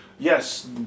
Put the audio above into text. Yes